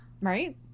Right